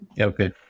okay